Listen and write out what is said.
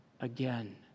again